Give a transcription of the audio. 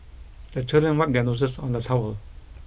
the children wipe their noses on the towel